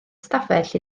stafell